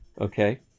okay